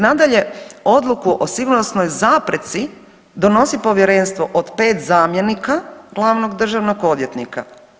Nadalje, odluku o sigurnosnoj zapreci donosi povjerenstvo od pet zamjenika glavnog državnog odvjetnika.